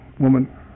woman